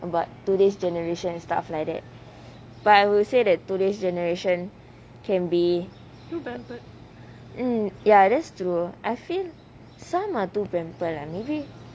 about today's generation and stuff like that but I would say that today's generation can be mm ya that's true I feel some are too pampered lah maybe